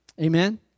Amen